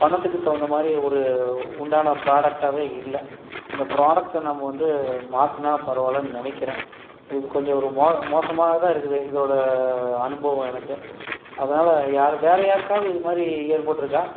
பணத்துக்கு தகுந்த மாதிரி ஒரு உண்டான ப்ராடக்டாகவே இல்லை இந்த ப்ராடக்டை நம்ம வந்து மாற்றினா பரவாயில்லன்னு நினைக்குறேன் இது கொஞ்சம் ஒரு மோ மோசமாகதான் இருக்குது இதோடய அனுபவம் எனக்கு அதனால யார் வேறே யாருக்காவது இதுமாதிரி ஏற்பட்டிருக்கா